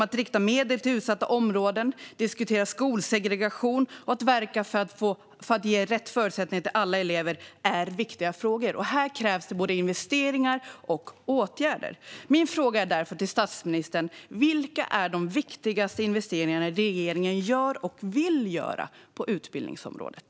Att rikta medel till utsatta områden, att diskutera skolsegregation och att verka för att ge rätt förutsättningar till alla elever är viktiga frågor. Här krävs det både investeringar och åtgärder. Min fråga till statsministern är därför: Vilka är de viktigaste investeringarna regeringen gör - och vill göra - på utbildningsområdet?